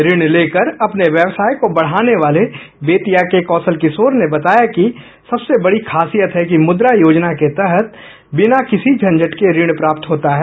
ऋण लेकर अपने व्यवसाय को बढाने वाले बेतिया के कौशल किशोर ने बताया कि सबसे बडी खासियत है कि मुद्रा योजना के तहत बिना किसी झंझट के ऋण प्राप्त होता है